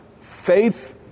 faith